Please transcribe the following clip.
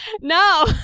No